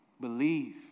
Believe